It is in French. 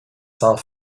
sans